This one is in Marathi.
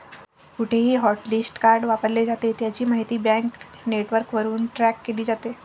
कुठेही हॉटलिस्ट कार्ड वापरले जाते, त्याची माहिती बँक नेटवर्कवरून ट्रॅक केली जाते